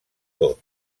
tot